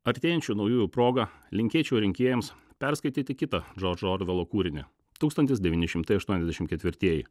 artėjančių naujųjų proga linkėčiau rinkėjams perskaityti kitą džordžo orvelo kūrinį tūkstantis devyni šimtai aštuoniasdešim ketvirtieji